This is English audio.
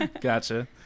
Gotcha